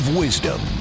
wisdom